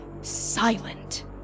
silent